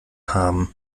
haben